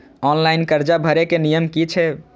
Online कर्जा भरे के नियम की छे?